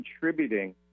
contributing